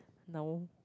now